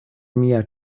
mia